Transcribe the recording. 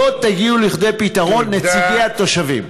לא תגיעו לכדי פתרון עם נציגי התושבים.